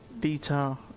beta